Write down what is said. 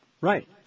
Right